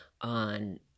on